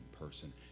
person